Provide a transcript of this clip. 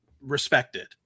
respected